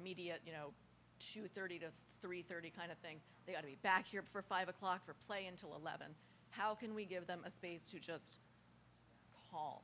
immediate you know two thirty to three thirty kind of things they ought to be back here for five o'clock for play until eleven how can we give them a space to just haul